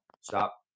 stop